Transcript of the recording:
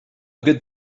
good